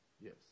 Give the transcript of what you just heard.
Yes